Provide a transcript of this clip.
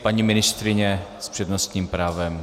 Paní ministryně s přednostním právem.